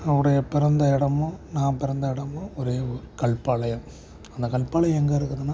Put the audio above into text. அவருடைய பிறந்த இடமும் நான் பிறந்த இடமும் ஓரே ஊர் கல்பாளையம் அந்த கல்பாளையம் எங்கே இருக்குதுனால்